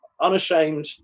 unashamed